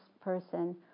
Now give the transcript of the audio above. person